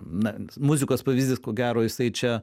na muzikos pavyzdys ko gero jisai čia